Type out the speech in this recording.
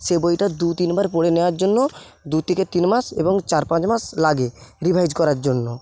সে বইটা দু তিনবার পড়ে নেওয়ার জন্য দু থেকে তিন মাস এবং চার পাঁচ মাস লাগে রিভাইজ করার জন্য